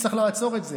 צריך לעצור את זה.